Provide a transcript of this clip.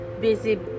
busy